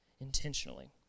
intentionally